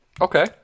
Okay